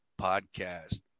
Podcast